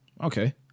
Okay